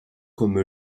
comme